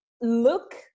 look